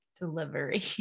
delivery